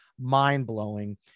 mind-blowing